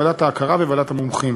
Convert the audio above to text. ועדת הכרה וועדת מומחים,